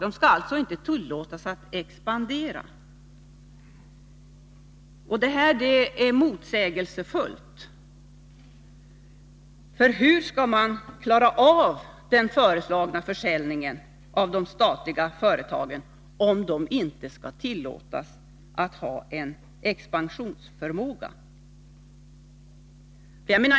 De skall alltså inte tillåtas att expandera. Det här är motsägelsefullt, för hur skall man klara av den föreslagna försäljningen av de statliga företagen, om de inte skall tillåtas att ha en expansionsförmåga?